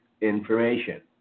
information